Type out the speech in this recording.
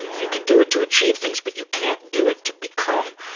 you can do it to achieve things, but you can't do it to become.